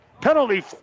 Penalty